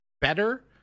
better